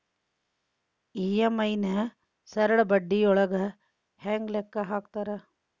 EMI ನ ಸರಳ ಬಡ್ಡಿಯೊಳಗ ಹೆಂಗ ಲೆಕ್ಕ ಹಾಕತಾರಾ